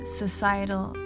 societal